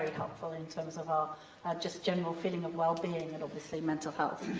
helpful in terms of our just general feeling of well-being and, and and obviously, mental health.